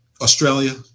Australia